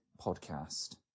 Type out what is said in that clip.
Podcast